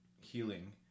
healing